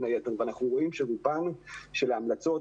ואנחנו רואים שרוב ההמלצות,